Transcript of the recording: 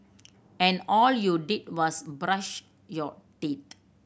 and all you did was brush your teeth